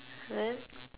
what